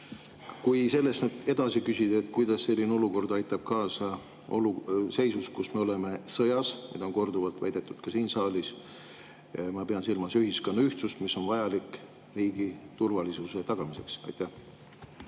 Kui edasi küsida, siis soovin teada, kuidas selline olukord aitab kaasa praeguses seisus, kui me oleme sõjas, mida on korduvalt väidetud ka siin saalis. Ma pean silmas ühiskonna ühtsust, mis on vajalik riigi turvalisuse tagamiseks. Aitäh!